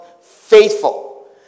faithful